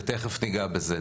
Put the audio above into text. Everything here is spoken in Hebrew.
ותיכף ניגע בזה.